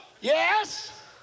Yes